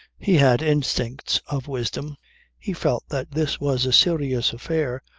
he had instincts of wisdom he felt that this was a serious affair,